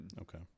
Okay